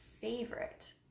favorite